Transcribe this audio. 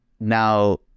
now